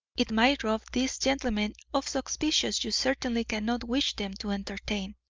it might rob these gentlemen of suspicions you certainly cannot wish them to entertain.